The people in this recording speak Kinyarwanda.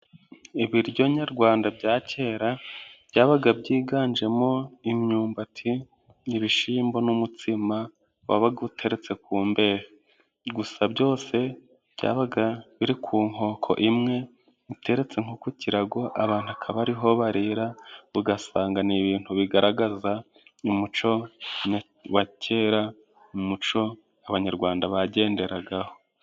Ibiryo nyarwanda bya kera byabaga byiganjemo imyumbati n'ibishyimbo n'umutsima wabaga uteretse ku mbehe, gusa byose byabaga biri ku nkoko imwe iteretse nko ku kirago abantu akaba ariho barira, ugasanga ni ibintu bigaragaza umuco wa kera. Umuco abanyarwanda bagenderagaho.